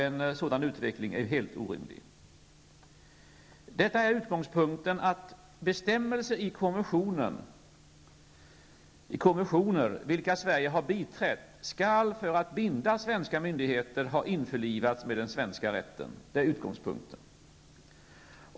En sådan utveckling är helt orimlig. Utgångspunkten är att bestämmelser i konventioner som Sverige har biträtt skall för att binda svenska myndigheter ha införlivats i den svenska rätten.